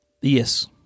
yes